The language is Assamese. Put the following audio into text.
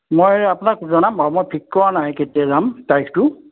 মই এই আপোনাক জনাম বাৰু মই ঠিক কৰা নাই কেতিয়া যাম তাৰিখটো